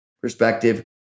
perspective